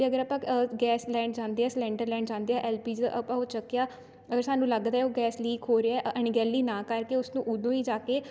ਅਤੇ ਅਗਰ ਆਪਾਂ ਗੈਸ ਲੈਣ ਜਾਂਦੇ ਹਾਂ ਸਿਲੰਡਰ ਲੈਣ ਜਾਂਦੇ ਹਾਂ ਐੱਲ ਪੀ ਜੀ ਦਾ ਆਪਾਂ ਉਹ ਚੱਕਿਆ ਅਗਰ ਸਾਨੂੰ ਲੱਗਦਾ ਉਹ ਗੈਸ ਲੀਕ ਹੋ ਰਿਹਾ ਅਣਗੈਲੀ ਨਾ ਕਰਕੇ ਉਸਨੂੰ ਉਦੋਂ ਹੀ ਜਾ ਕੇ